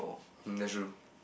mm that's true